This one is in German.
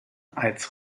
als